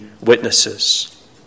witnesses